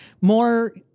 more